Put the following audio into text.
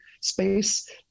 space